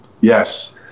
yes